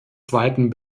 zweiten